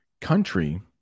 country